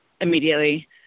immediately